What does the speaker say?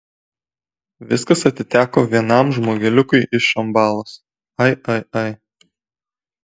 viskas atiteko vienam žmogeliukui iš šambalos ai ai ai